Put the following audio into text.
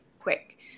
quick